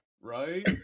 Right